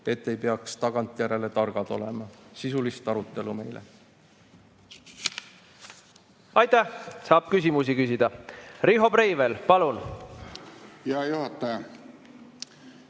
et ei peaks tagantjärele targad olema. Sisulist arutelu meile! Aitäh! Saab küsimusi küsida. Riho Breivel, palun! Aitäh! Saab